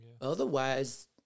otherwise